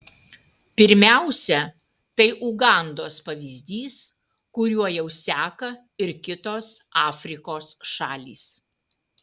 pirmiausia tai ugandos pavyzdys kuriuo jau seka ir kitos afrikos šalys